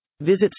Visit